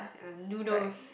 noodles